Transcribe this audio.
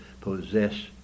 possess